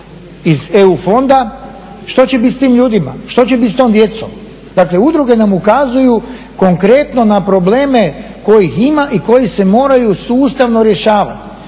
iz EU fonda, što će bit s tim ljudima, što će bit s tom djecom? Dakle udruge nam ukazuju konkretno na probleme kojih ima i koji se moraju sustavno riješiti.